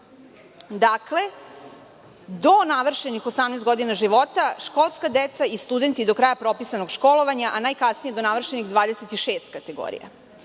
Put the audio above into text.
i lica do navršenih 18 godina života, školska deca i studenti do kraja propisanog školovanja, a najkasnije do navršenih 26 kategorija,